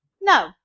No